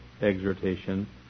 exhortation